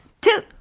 two